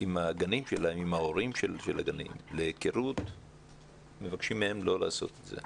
עם הורי הילדים בגנים שלהן לא לעשות את זה.